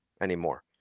anymore